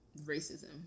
racism